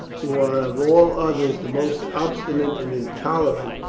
who are of all others the most obstinate and intolerant,